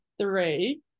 three